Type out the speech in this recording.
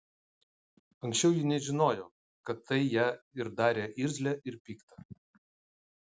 anksčiau ji nežinojo kad tai ją ir darė irzlią ir piktą